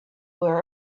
were